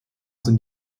sind